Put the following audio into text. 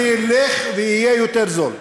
זה ילך ויהיה יותר זול.